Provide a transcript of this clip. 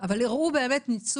אבל הראו ניצול,